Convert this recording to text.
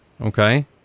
Okay